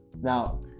Now